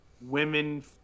women